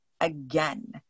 again